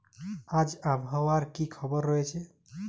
আজ আবহাওয়ার কি খবর রয়েছে?